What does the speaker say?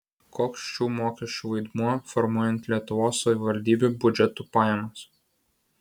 koks šių mokesčių vaidmuo formuojant lietuvos savivaldybių biudžetų pajamas